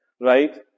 right